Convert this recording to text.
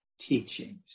teachings